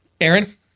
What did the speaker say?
Aaron